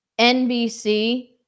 NBC